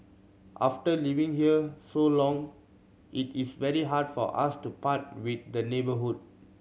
after living here so long it is very hard for us to part with the neighbourhood